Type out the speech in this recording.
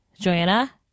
Joanna